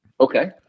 Okay